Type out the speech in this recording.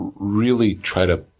really try to